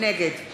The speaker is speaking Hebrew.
נגד